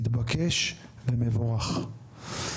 מתבקש ומבורך.